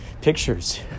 pictures